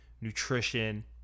nutrition